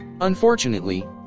Unfortunately